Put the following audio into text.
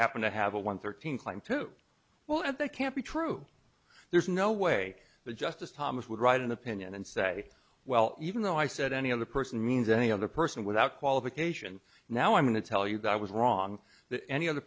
happen to have a one thirteen claim to well and they can't be true there's no way the justice thomas would write in the pinion and say well even though i said any other person means any other person without qualification now i'm going to tell you that i was wrong that any other